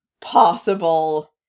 possible